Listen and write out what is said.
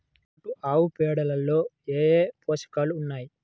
నాటు ఆవుపేడలో ఏ ఏ పోషకాలు ఉన్నాయి?